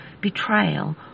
betrayal